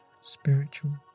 spiritual